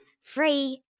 free